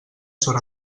són